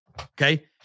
Okay